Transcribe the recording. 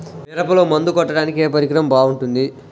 మిరపలో మందు కొట్టాడానికి ఏ పరికరం బాగుంటుంది?